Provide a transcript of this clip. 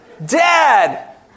Dad